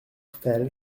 fell